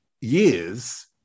years